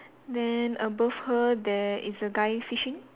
then above her there is a guy fishing